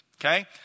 Okay